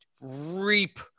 reap